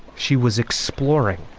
she was exploring,